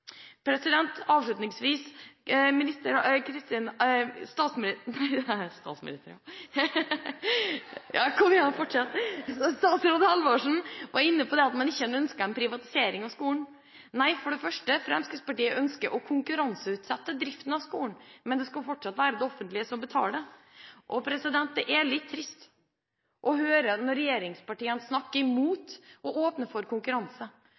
Avslutningsvis: Statsråd Halvorsen var inne på det at man ikke ønsket en privatisering av skolen. Nei, Fremskrittspartiet ønsker å konkurranseutsette driften av skolen, men det skal fortsatt være det offentlige som betaler. Det er litt trist å høre når regjeringspartiene snakker imot det å åpne for konkurranse, for de snakker som om de ikke har tro på den offentlige skolen, som om de private vil utslette det offentlige med én gang man åpner for konkurranse,